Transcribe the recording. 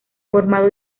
formado